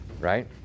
right